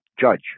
judge